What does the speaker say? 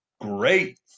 great